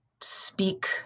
speak